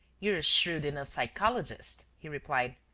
you're a shrewd enough psychologist, he replied.